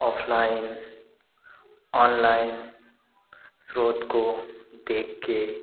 offline online स्रोत को देख कर